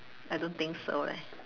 I don't think so eh